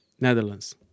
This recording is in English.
Netherlands